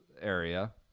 area